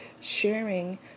sharing